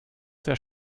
sehr